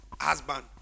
husband